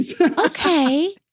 Okay